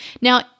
Now